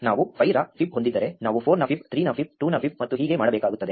ನಾವು 5 ರ ಫೈಬ್ ಹೊಂದಿದ್ದರೆ ನಾವು 4 ನ ಫೈಬ್ 3 ನ ಫೈಬ್ 2 ನ ಫೈಬ್ ಮತ್ತು ಹೀಗೆ ಮಾಡಬೇಕಾಗುತ್ತದೆ